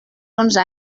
onze